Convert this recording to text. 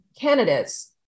candidates